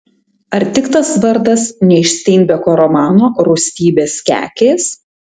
ar tik tas vardas ne iš steinbeko romano rūstybės kekės